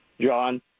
John